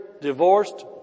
divorced